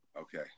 Okay